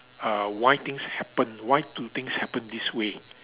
uh why things happen why do things happen this way